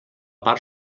part